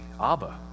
Abba